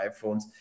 iPhones